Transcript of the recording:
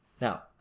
Now